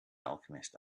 alchemist